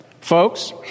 Folks